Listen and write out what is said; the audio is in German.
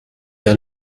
der